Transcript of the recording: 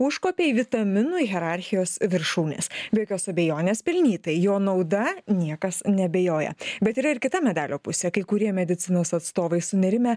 užkopė į vitaminų hierarchijos viršūnes be jokios abejonės pelnytai jo nauda niekas neabejoja bet yra ir kita medalio pusė kai kurie medicinos atstovai sunerimę